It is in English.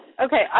Okay